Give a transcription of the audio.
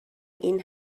این